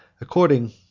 According